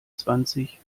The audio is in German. zwanzig